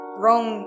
wrong